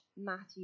Matthew